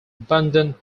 abundant